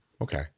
Okay